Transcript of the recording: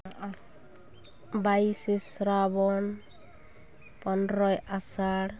ᱵᱟᱭᱤᱥᱮ ᱥᱨᱟᱵᱚᱱ ᱯᱚᱱᱨᱚᱭ ᱟᱥᱟᱲ